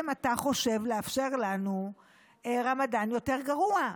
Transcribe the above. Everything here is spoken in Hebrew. אתה חושב לאפשר לנו רמדאן יותר רגוע.